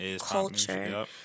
culture